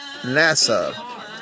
NASA